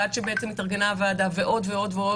עד שהתארגנה הוועדה ועוד ועוד.